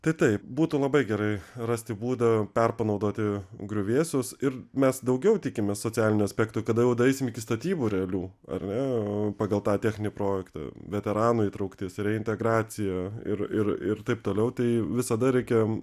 tai taip būtų labai gerai rasti būdą perpanaudoti griuvėsius ir mes daugiau tikimės socialinių aspektų kada jau daeisim iki statybų realių ar ne pagal tą techninį projektą veteranų įtrauktis reintegracija ir ir ir taip toliau tai visada reikia